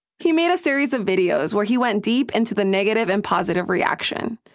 he made a series of videos where he went deep into the negative and positive reaction,